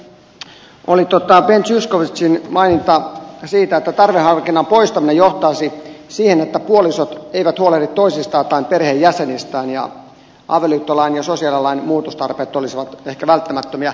se mistä olisin halunnut sanoa arvoisa puhemies oli ben zyskowiczin maininta siitä että tarveharkinnan poistaminen johtaisi siihen että puolisot eivät huolehdi toisistaan tai perheenjäsenistään ja avioliittolain ja sosiaalilain muutostarpeet olisivat ehkä välttämättömiä